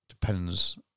depends